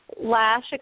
lash